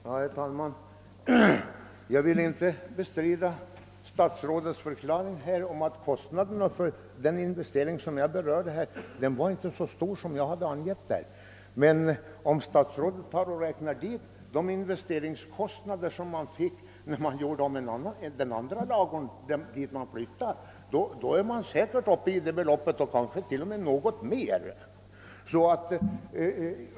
Herr talman! Jag vill inte bestrida statsrådets uppgift att kostnaderna för investeringarna i den ekonomibyggnad som interpellationen närmast avser inte skulle vara så stora som det belopp jag hade angett. Men om statsrådet räknar med de kostnader som man fick vidkännas i samband med ombyggnaden av den nya ladugård, som man flyttade in i, kommer han säkerligen upp till det angivna beloppet och kanske t.o.m. något högre.